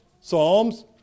Psalms